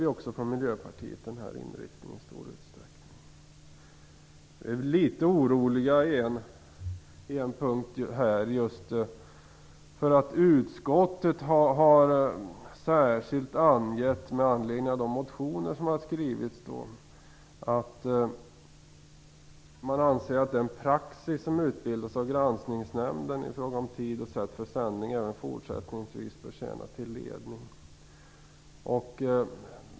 Vi i Miljöpartiet stöder i stor utsträckning den här inriktningen. Vi är litet oroliga på en punkt. Med anledning av de motioner som har skrivits har utskottet särskilt angett att man anser att den praxis som utbildats av Granskningsnämnden i fråga om tid och sätt för sändningar även fortsättningsvis bör tjäna till ledning.